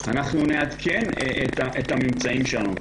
נעדכן את הממצאים שלנו.